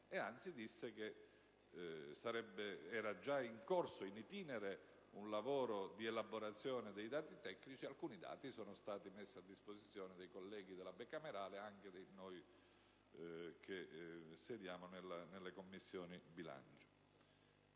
Anzi, disse che era già *in itinere* un lavoro di elaborazione dei dati tecnici, alcuni dei quali sono stati messi a disposizione dei colleghi della Bicamerale e anche di tutti i componenti delle Commissioni bilancio,